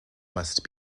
must